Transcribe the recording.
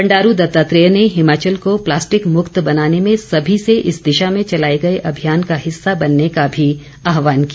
बंडारू दत्तात्रेय ने हिमाचल को प्लास्टिक मुक्त बनाने में सभी से इस दिशा में चलाए गए अभियान का हिस्सा बनने का भी आहवान किया